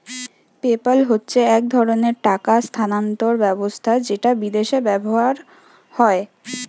PayPal হচ্ছে এক ধরণের টাকা স্থানান্তর ব্যবস্থা যেটা বিদেশে ব্যবহার হয়